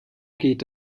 geht